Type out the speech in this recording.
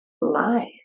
lie